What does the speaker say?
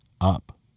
up